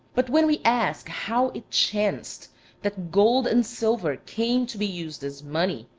but when we ask how it chanced that gold and silver came to be used as money,